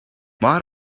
might